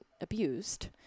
abused